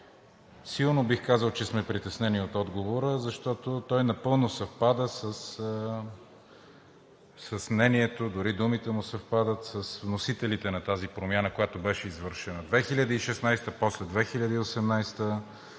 Силно, бих казал, сме притеснени от отговора, защото той напълно съвпада с мнението, дори думите му съвпадат с вносителите на тази промяна, която беше извършена 2016-а, после 2018-а.